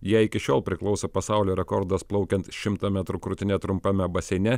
jai iki šiol priklauso pasaulio rekordas plaukiant šimtą metrų krūtine trumpame baseine